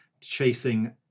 chasing